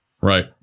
Right